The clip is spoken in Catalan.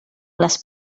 les